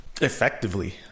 Effectively